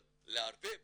אבל לערבב